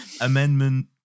Amendment